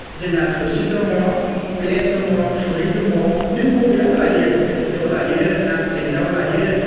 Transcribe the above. जोंहा थोरसि दङ प्लेट दङ खुरै दङ नों बबेयाव लायो थोरसियाव लायो ना प्लेटाव लायो